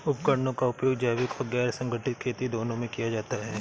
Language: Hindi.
उपकरणों का उपयोग जैविक और गैर संगठनिक खेती दोनों में किया जाता है